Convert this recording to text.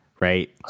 right